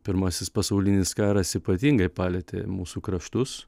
pirmasis pasaulinis karas ypatingai palietė mūsų kraštus